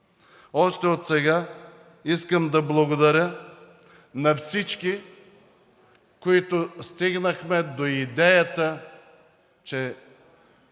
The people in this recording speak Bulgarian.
Още отсега искам да благодаря на всички, които стигнахме до идеята, че